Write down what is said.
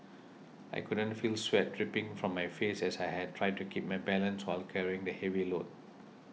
I could feel sweat dripping from my face as I tried to keep my balance while carrying the heavy load